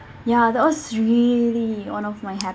ya that was really one of my